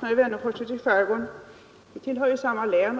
med herr Wennerfors till skärgården. Vi tillhör ju samma län.